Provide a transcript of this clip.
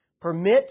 Permit